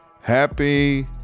Happy